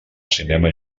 cinema